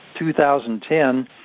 2010